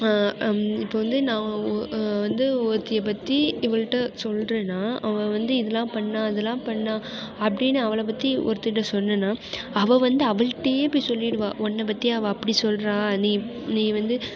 இப்போ வந்து நான் வந்து ஒருத்தியை பற்றி இவள்கிட்ட சொல்கிறேனா அவள் வந்து இதெலாம் பண்ணிணா அதெலாம் பண்ணிணா அப்படின்னு அவளை பற்றி ஒருத்திகிட்ட சொன்னேனால் அவள் வந்து அவள்கிட்டே போய் சொல்லிவிடுவா உன்ன பற்றி அவள் அப்படி சொல்கிறா நீ நீ வந்து